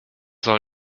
soll